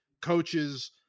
coaches